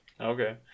Okay